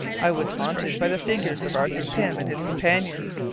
i was haunted by the figures of arthur pym and his companions,